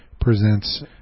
presents